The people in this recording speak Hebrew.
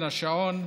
כן, השעון.